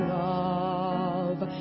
love